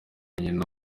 nyina